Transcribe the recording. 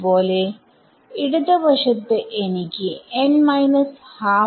അത് പോലെ ഇടത് വശത്തു എനിക്ക് n 12